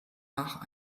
nach